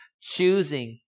choosing